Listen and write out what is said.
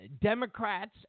Democrats